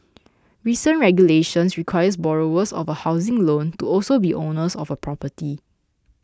recent regulations requires borrowers of a housing loan to also be owners of a property